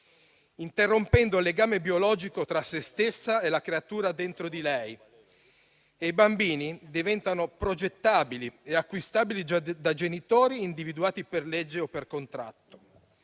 interrompendo il legame biologico tra se stessa e la creatura dentro di lei. I bambini diventano progettabili e acquistabili da genitori individuati per legge o per contratto.